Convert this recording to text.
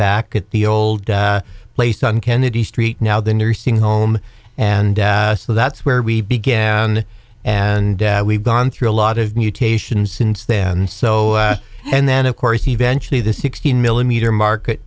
back at the old place on kennedy street now the nursing home and so that's where we began and we've gone through a lot of mutations since then so and then of course eventually the sixteen millimeter market